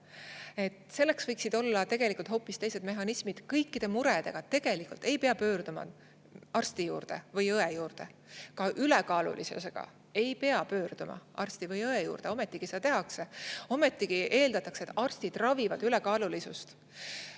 Selleks võiksid olla tegelikult hoopis teised mehhanismid. Kõikide muredega ei pea pöörduma arsti juurde või õe juurde. Ka ülekaalulisusega ei pea pöörduma arsti või õe juurde, ometigi seda tehakse. Ometigi eeldatakse, et arstid ravivad ülekaalulisust.